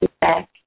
back